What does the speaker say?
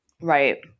Right